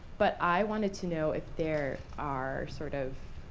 but i wanted to know if there are sort of